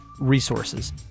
resources